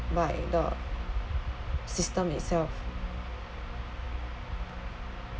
by the system itself